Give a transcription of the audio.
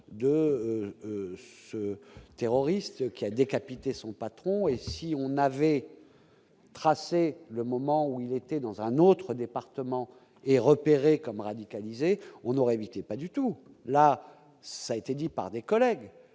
de ce terroriste qui a décapité son patron et si on avait. Tracé le moment où il était dans un autre département et repérés comme radicalisés, on aurait évité pas du tout, là ça a été dit par des collègues